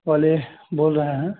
वाले बोल रहे हैं